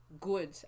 good